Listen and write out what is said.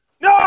No